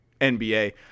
NBA